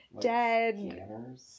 dead